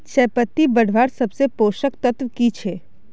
चयपत्ति बढ़वार सबसे पोषक तत्व की छे?